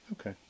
Okay